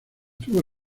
tuvo